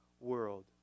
world